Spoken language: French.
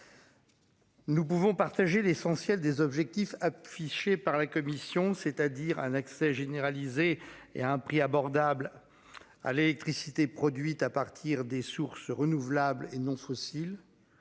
Nous pouvons partager l'essentiel des objectifs affichés par la Commission, c'est-à-dire un accès généralisé et à un prix abordable. À l'électricité produite à partir des sources renouvelables et non fossiles.